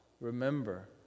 Remember